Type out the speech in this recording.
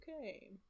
Okay